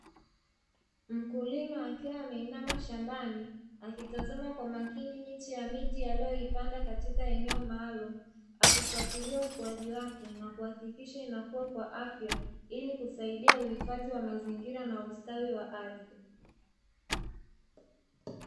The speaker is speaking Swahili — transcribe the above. Mkulima akiwa ameinama shambani akitazama kwa makini miche ya miti, aliyoipanda katika eneo maalumu akifuatilia ukuaji wake na akihakikisha inakua kwa afya ili kusaisia uhifadhi wa mazingira na ustawi wa ardhi.